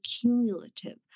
cumulative